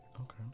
Okay